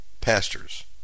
pastors